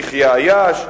יחיא עיאש,